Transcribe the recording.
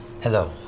Hello